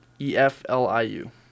E-F-L-I-U